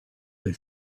they